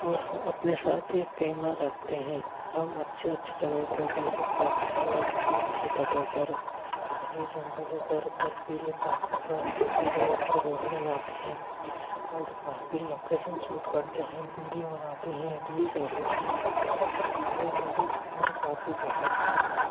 और हम अपने साथ एक केमरा रखते हैं और हम अच्छे अच्छे जगहों पर जैसे पहाड़ों पर समुद्री तटों पर घने जंगलों पर बर्फीले पहाड़ों पर आदि जगहों पर घूमने जाते हें और वहाँ की लोकेसन सूट करते हैं बीडियो बनाते हें रील्स बनाते हैं और मुझे घूमना काफ़ी ज़्यादा पसंद है